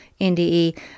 NDE